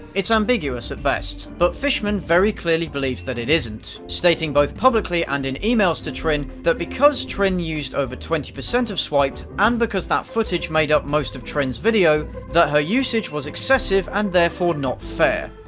it's ambiguous at best. but fishman very clearly believes that it isn't, stating both publicly and in emails to trin that because trin used over twenty percent of swiped, and because that footage made up most of trin's video, that her usage was excessive and therefore not fair.